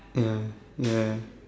ya ya